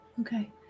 Okay